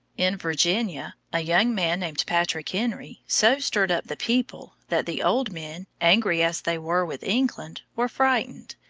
in virginia, a young man, named patrick henry, so stirred up the people that the old men, angry as they were with england, were frightened,